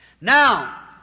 Now